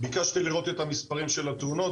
ביקשתי לראות את המספרים של התאונות,